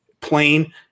plain